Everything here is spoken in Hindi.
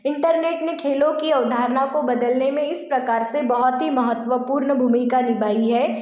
इंटरनेट ने खेलों कि अवधारणा को बदलने में इस प्रकार से बहुत ही महत्वपूर्ण भूमिका निभाई है